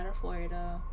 Florida